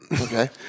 Okay